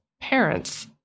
parents